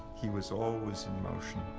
he was always in motion.